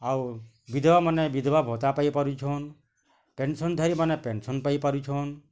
ଆଉ ବିଧବା ମାନେ ବିଧବା ଭତ୍ତା ପାଇ ପାରୁଛନ୍ ପେନସନ୍ ଧାରି ମାନେ ପେନସନ୍ ପାଇ ପାରୁଛନ୍